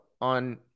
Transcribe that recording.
on